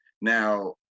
now